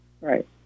Right